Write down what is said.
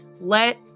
Let